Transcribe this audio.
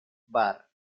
var